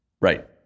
Right